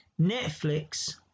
Netflix